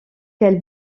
quelle